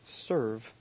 serve